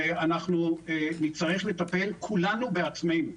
ואנחנו נצטרך לטפל כולנו בעצמנו.